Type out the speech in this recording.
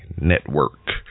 network